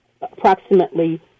approximately